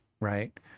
right